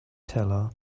teller